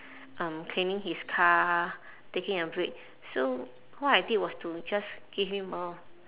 um cleaning his car taking a break so what I did was to just give him a